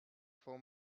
for